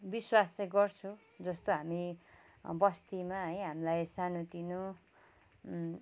विश्वास चाहिँ गर्छु जस्तो हामी बस्तीमा है हामीलाई सानो तिनो